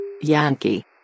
Yankee